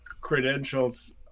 credentials